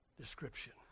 description